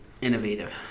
Innovative